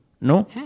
No